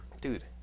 Dude